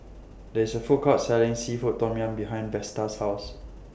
There IS A Food Court Selling Seafood Tom Yum behind Vesta's House